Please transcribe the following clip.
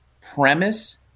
premise